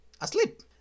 asleep